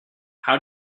how